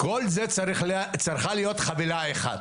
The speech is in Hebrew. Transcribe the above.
כל זה צריכה להיות חבילה אחת.